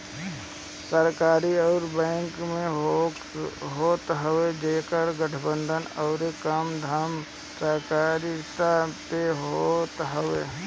सहकारी बैंक उ बैंक होत हवे जेकर गठन अउरी कामधाम सहकारिता पे होत हवे